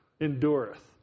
endureth